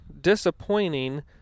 disappointing